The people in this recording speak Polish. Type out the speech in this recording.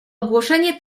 ogłoszenie